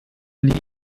liegen